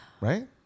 Right